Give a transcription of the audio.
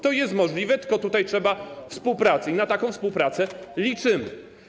To jest możliwe, tylko tutaj trzeba współpracy i na taką współpracę liczymy.